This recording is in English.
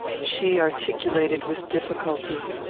she articulated, with difficulty,